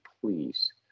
please